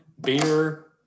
beer